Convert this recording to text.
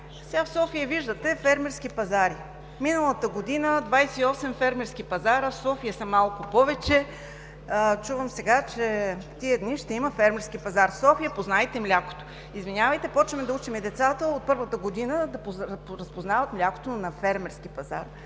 Сега в София виждате фермерски пазари. Миналата година – 28 фермерски пазара, в София са малко повече. Чувам сега, че тези дни ще има фермерски пазар в София „Познайте млякото“. Извинявайте, започваме да учим децата от първата година да разпознават млякото на фермерски пазар,